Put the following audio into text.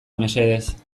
mesedez